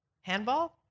handball